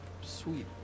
Sweet